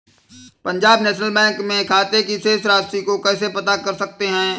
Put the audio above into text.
Punjab national bank में खाते की शेष राशि को कैसे पता कर सकते हैं?